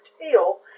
tail